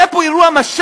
היה פה אירוע,